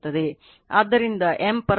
ಆದ್ದರಿಂದ M ಪರಸ್ಪರ ಪ್ರಚೋದನೆ 0